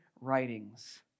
writings